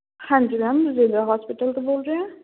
ਹਾਂਜੀ ma'am Rajindra hospital ਤੋਂ ਬੋਲ ਰਹੇ ਹਾਂ